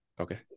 Okay